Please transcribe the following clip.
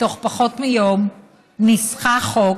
בתוך פחות מיום ניסחה חוק,